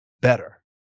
better